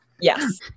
Yes